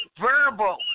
verbal